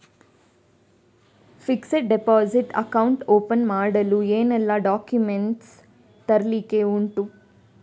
Fixed deposit account open ಮಾಡಲು ಏನೆಲ್ಲಾ documents ತರ್ಲಿಕ್ಕೆ ಉಂಟು?